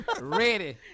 Ready